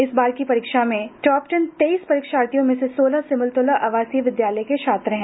इस बार की परीक्षा में टॉप टेन तेईस परीक्षार्थियों में से सोलह सिमुलतला आवासीय विद्यालय के छात्र हैं